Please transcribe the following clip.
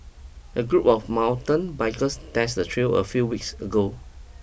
a group of mountain bikers tested the trail a few weeks ago